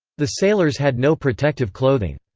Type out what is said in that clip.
the sailors had no protective clothing.